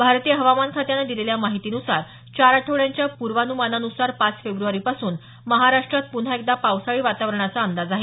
भारतीय हवामान खात्याने दिलेल्या माहितीनुसार चार आठवड्यांच्या पूर्वान्मानानुसार पाच फेब्रुवारीपासून महाराष्ट्रात पुन्हा एकदा पावसाळी वातावरणाचा अंदाज आहे